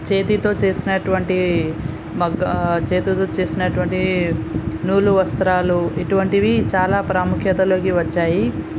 చేతితో చేసినటువంటి మగ్గ చేతితో చేసినటువంటి నూలు వస్త్రాలు ఇటువంటివి చాలా ప్రాముఖ్యతలోకి వచ్చాయి